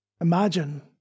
Imagine